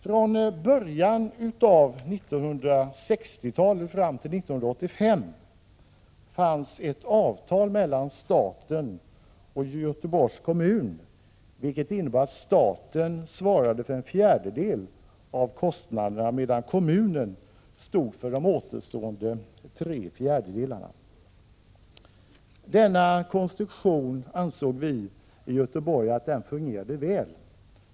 Från början av 1960-talet och fram till 1985 fanns det ett avtal mellan staten och Göteborgs kommun, vilket innebar att staten svarade för en fjärdedel av kostnaderna medan kommunen stod för de återstående tre fjärdedelarna. 53 Denna konstruktion fungerade väl, ansåg vi i Göteborg.